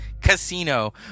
Casino